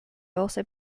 also